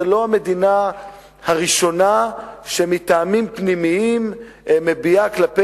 זו לא המדינה הראשונה שמטעמים פנימיים מביעה כלפי